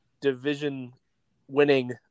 division-winning